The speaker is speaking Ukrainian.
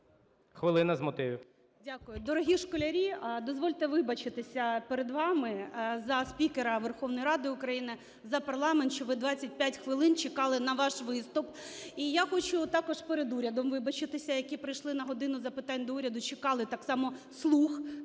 Дорогі школярі, дозвольте вибачитися перед вами за спікера Верховної Ради України, за парламент, що ви двадцять п'ять хвилин чекали на ваш виступ. І я хочу також перед урядом вибачитися, які прийшли на "годину запитань до Уряду", чекали, так само "слуг"